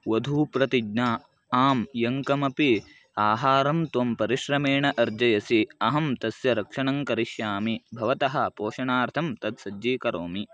वधूप्रतिज्ञा आं यं कमपि आहारं त्वं परिश्रमेण अर्जयसि अहं तस्य रक्षणं करिष्यामि भवतः पोषणार्थं तत् सज्जीकरोमि